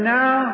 now